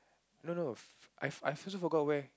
no no f~ I I also forgot where